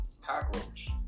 cockroach